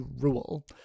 rule